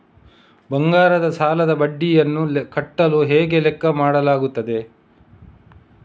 ಬಂಗಾರದ ಸಾಲದ ಬಡ್ಡಿಯನ್ನು ಕಟ್ಟಲು ಹೇಗೆ ಲೆಕ್ಕ ಮಾಡಲಾಗುತ್ತದೆ?